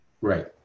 Right